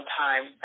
time